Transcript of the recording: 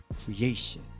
creation